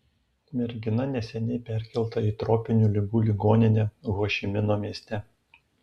mergina neseniai perkelta į tropinių ligų ligoninę ho ši mino mieste